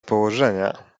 położenia